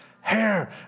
hair